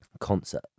concert